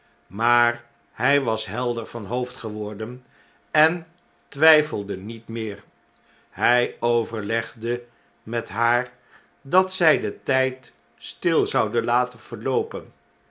maar hij was helder van hooi'd geworden en twijfelde niet meer hy overlegde met haar dat zy den tyd stil zouden laten verloopen